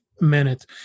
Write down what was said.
minute